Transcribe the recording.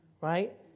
right